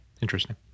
Interesting